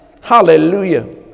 Hallelujah